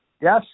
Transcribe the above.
Yes